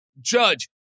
Judge